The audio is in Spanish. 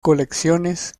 colecciones